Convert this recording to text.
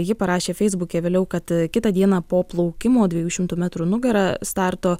ji parašė feisbuke vėliau kad kitą dieną po plaukimo dviejų šimtų metrų nugara starto